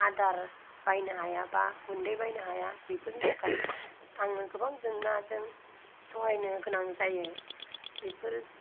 आदार बायनो हायाबा गुनदै बायनो हाया बेफोरनि थाखाय आङो गाबां जेंनाजों सहायनो गोनां जायो बेफोर